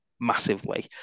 massively